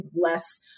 less